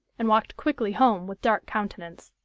and walked quickly home with dark countenance.